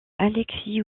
alexis